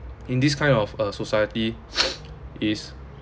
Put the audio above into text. in this kind of uh society is